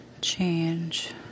change